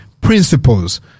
principles